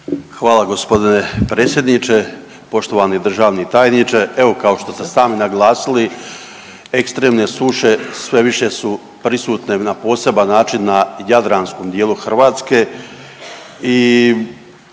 Hvala gospodine predsjedniče. Poštovani državni tajniče, evo kao što ste sami naglasili ekstremne suše sve više su prisutne na poseban način na jadranskom dijelu Hrvatske